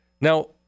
Now